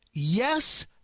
Yes